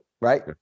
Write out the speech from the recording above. right